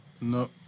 No